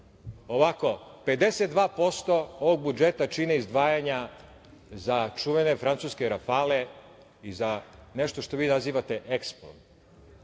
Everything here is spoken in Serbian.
Ovako, 52% ovog budžeta čine izdvajanja za čuvene francuske „Rafale“ i za nešto što vi nazivate EKSPO.